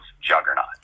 juggernaut